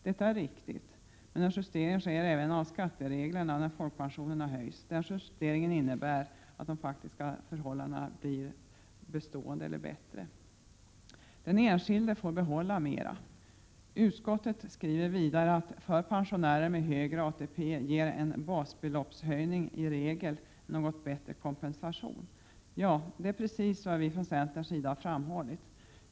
Detta är riktigt, men justering av skattereglerna sker även när folkpensionen höjs. Den justeringen innebär att de faktiska förhållandena blir bestående eller bättre. Den enskilde får behålla mer. Utskottet skriver vidare: För pensionärer med högre ATP ger en basbeloppshöjning i regel en något bättre kompensation. Ja, det är precis vad vi från centerns sida har framhållit.